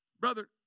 Brother